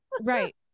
Right